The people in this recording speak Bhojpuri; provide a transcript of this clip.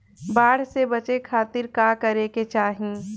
बाढ़ से बचे खातिर का करे के चाहीं?